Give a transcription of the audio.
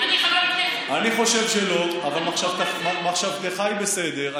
אני חושב שלא, אבל מחשבתך היא בסדר.